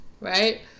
Right